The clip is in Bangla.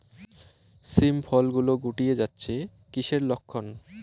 শিম ফল গুলো গুটিয়ে যাচ্ছে কিসের লক্ষন?